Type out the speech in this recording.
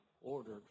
ordered